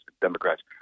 Democrats